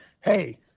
hey